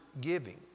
giving